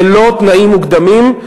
ללא תנאים מוקדמים.